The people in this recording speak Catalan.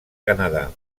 canadà